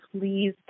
please